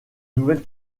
nouvelle